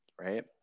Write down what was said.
right